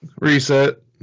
Reset